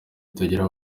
itagira